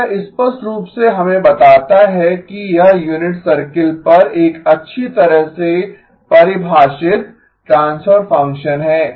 अब यह स्पष्ट रूप से हमें बताता है कि यह यूनिट सर्कल पर एक अच्छी तरह से परिभाषित ट्रांसफर फंक्शन है